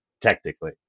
technically